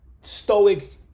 stoic